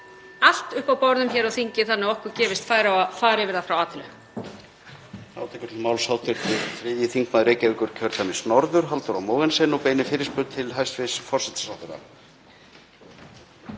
allt uppi á borðum hér á þingi þannig að okkur gefist færi á að fara yfir það frá A til Ö.